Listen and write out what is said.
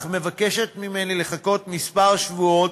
אך מבקשת ממני לחכות כמה שבועות,